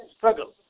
Struggle